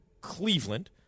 Cleveland